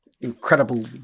incredible